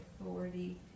authority